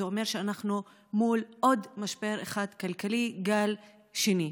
זה אומר שאנחנו מול עוד משבר כלכלי אחד, גל שני.